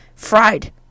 Fried